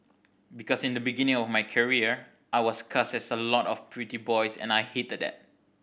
because in the beginning of my career I was cast as a lot of pretty boys and I hated that